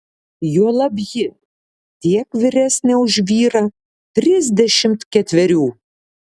juolab ji tiek vyresnė už vyrą trisdešimt ketverių